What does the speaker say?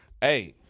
Hey